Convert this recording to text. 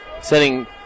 Setting